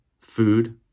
food